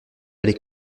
aller